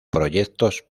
proyectos